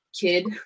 kid